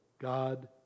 God